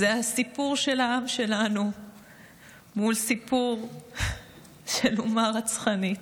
זה הסיפור של העם שלנו מול סיפור של אומה רצחנית.